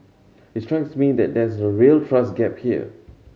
it strikes me that there's a real trust gap here